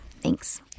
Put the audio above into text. Thanks